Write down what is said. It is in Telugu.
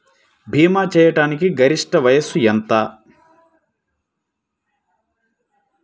భీమా చేయాటానికి గరిష్ట వయస్సు ఎంత?